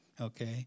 Okay